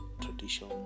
tradition